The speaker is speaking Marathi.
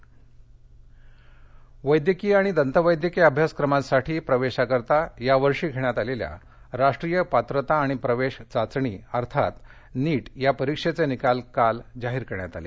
नीट वैद्यकीय आणि दक्तिष्ट्यकीय अभ्यासक्रमासाठी प्रवेशाकरता यावर्षी घेण्यात आलेल्या राष्ट्रीय पात्रता आणि प्रवेश चाचणी अर्थात नीटचे निकाल काल जाहीर करण्यात आले